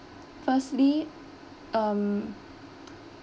firstly um